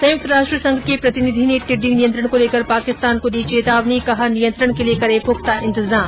संयुक्त राष्ट्र संघ के प्रतिनिधि ने टिड़डी नियंत्रण को लेकर पाकिस्तान को दी चेतावनी कहा नियंत्रण के लिये करें पुख्ता इंतजाम